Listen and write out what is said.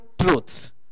truths